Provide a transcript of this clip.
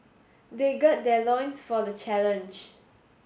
they gird their loins for the challenge